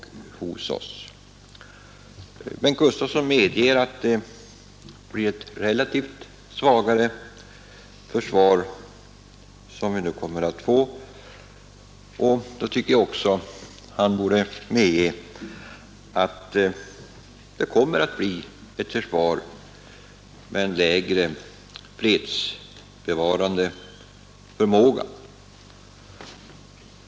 Bengt Gustavsson medger att vi nu kommer att få ett relativt sett svagare försvar, och då tycker jag också han borde medge att det kommer att bli ett försvar med en lägre fredsbevarande förmåga.